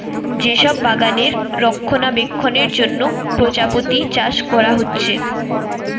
যে সব বাগানে রক্ষণাবেক্ষণের জন্যে প্রজাপতি চাষ কোরা হচ্ছে